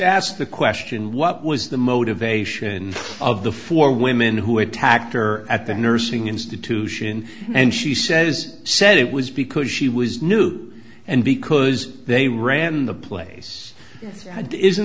asked the question what was the motivation of the four women who attacked her at the nursing institution and she says said it was because she was new and because they ran the place isn't